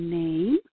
name